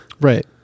Right